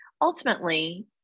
ultimately